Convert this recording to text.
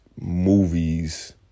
movies